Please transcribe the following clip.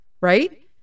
right